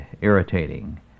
irritating